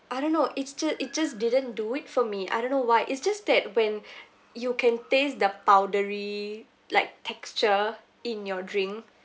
I don't know it's just it just didn't do it for me I don't know why it's just that when you can taste the powdery like texture in your drink